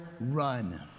run